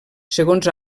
segons